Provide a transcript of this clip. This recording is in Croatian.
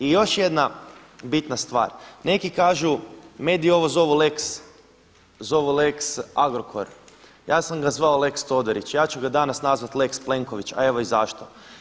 I još jedna bitna stvar, neki kažu mediji ovo zovu Lex Agrokor, ja sam ga zvao lex Todorić, ja ću ga danas nazvati lex Plenković, a evo i zašto.